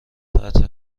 فتح